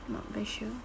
not very sure